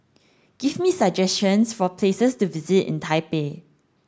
give me suggestions for places to visit in Taipei